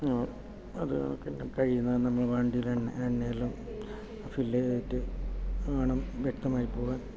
അത് പിന്നെ കഴിയുന്നതും നമ്മൾ വണ്ടിയിലെ എണ്ണ എണ്ണ എണ്ണയെല്ലാം ഫില്ല് ചെയ്തിട്ട് വേണം വ്യക്തമായി പോകാൻ